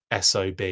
SOB